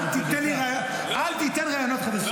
אל תיתן רעיונות חדשים.